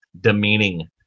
demeaning